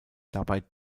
dabei